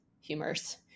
humors